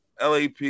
LAP